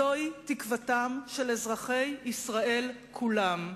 זוהי תקוותם של אזרחי ישראל כולם,